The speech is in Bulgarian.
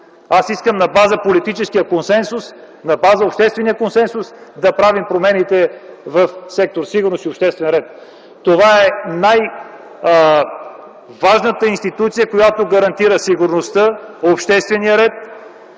Аз искам на база на политическия консенсус, на база обществения консенсус, да правим промените в сектор „Сигурност и обществен ред”. Това е най-важната институция, която гарантира сигурността, обществения ред,